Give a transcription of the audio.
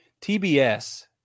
TBS